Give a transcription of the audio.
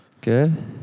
good